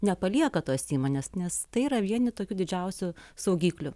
nepalieka tos įmonės nes tai yra vieni tokių didžiausių saugiklių